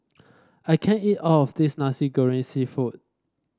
I can't eat all of this Nasi Goreng seafood